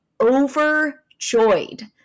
overjoyed